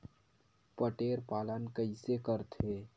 बटेर पालन कइसे करथे?